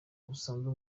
busanzwe